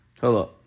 Hello